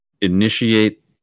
initiate